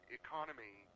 economy